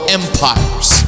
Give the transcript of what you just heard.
empires